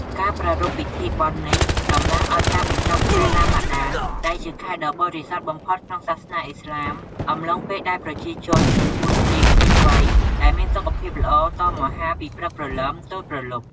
ការប្រារព្ធពិធីបុណ្យនេះ តំណាងឱ្យការបញ្ចប់ខែ រ៉ាម៉ាដាន ដែលជាខែដ៏បរិសុទ្ធបំផុតក្នុងសាសនាឥស្លាម អំឡុងពេលដែលប្រជាជនម៉ូស្លីមពេញវ័យដែលមានសុខភាពល្អតមអាហារពីព្រឹកព្រលឹមទល់ព្រលប់